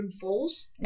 Falls